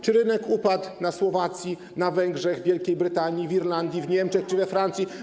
Czy rynek upadł na Słowacji, na Węgrzech, w Wielkiej Brytanii, w Irlandii, w Niemczech czy we Francji?